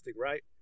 right